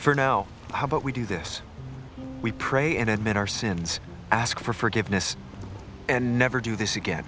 for now how about we do this we pray and admit our sins ask for forgiveness and never do this again